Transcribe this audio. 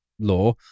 law